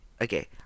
Okay